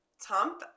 Tom